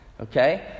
okay